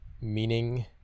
meaning